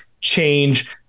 change